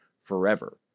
forever